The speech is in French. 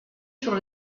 sur